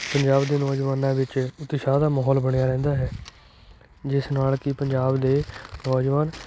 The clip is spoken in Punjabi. ਪੰਜਾਬ ਦੇ ਨੌਜਵਾਨਾਂ ਵਿੱਚ ਉਤਸ਼ਾਹ ਦਾ ਮਾਹੌਲ ਬਣਿਆ ਰਹਿੰਦਾ ਹੈ ਜਿਸ ਨਾਲ ਕਿ ਪੰਜਾਬ ਦੇ ਨੌਜਵਾਨ